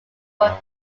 were